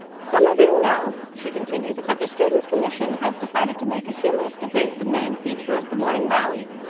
some of you know, she continued, that the students' commission has decided to make a humorous debate the main feature of the morning rally.